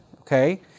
Okay